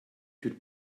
could